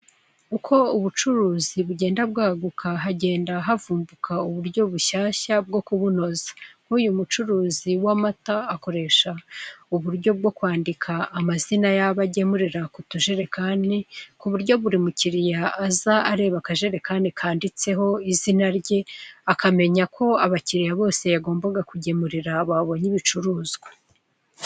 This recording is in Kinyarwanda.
Uko ubucuruzi bugenda baguka hagenda havuka uburyo bushyashya bwo kubunoza, nk'uyu mucuruzi w'amata akoresha uburyo bwo kwandika amazina yabo agemurira ku tujerekani, ku buryo buri mukiliya aza areba akajerekani kanditseho izina rye, akamenya ko abakiliya bose yagombaga kugemurira babonye ibicuruzwa.